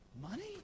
money